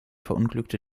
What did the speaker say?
verunglückte